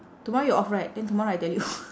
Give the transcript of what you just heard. tomorrow you off right then tomorrow I tell you